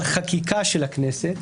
על חקיקה של הכנסת,